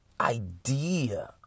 idea